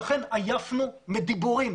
לכן עייפנו מדיבורים,